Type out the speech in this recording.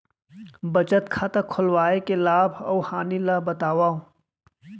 बचत खाता खोलवाय के लाभ अऊ हानि ला बतावव?